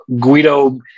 Guido